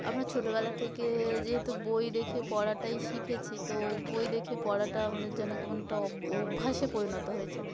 আমরা ছোটোবেলা থেকে যেহেতু বই দেখে পড়াটাই শিখেছি তো বই দেখে পড়াটা আমাদের যেন কেমন একটা ও অভ্যাসে পরিণত হয়েছে